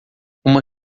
uma